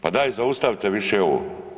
Pa dajte zaustavite više ovo.